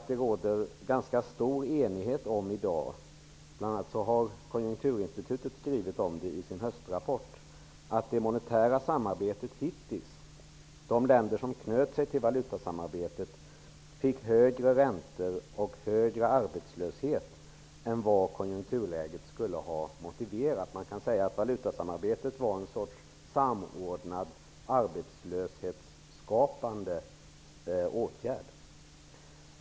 Det råder ganska stor enighet i dag om -- bl.a. skriver Konjunkturinstitutet om det i sin höstrapport -- att det monetära samarbetet hittills i de länder som knöt sig till valutasamarbetet lett till att man i dessa länder fick högre räntor och arbetslöshet än vad konjukturläget skulle motiverat. Man kan säga att valutasamarbetet var en sorts samordnad, arbetslöshetsskapande åtgärd.